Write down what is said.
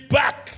back